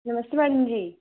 नमस्ते madam जी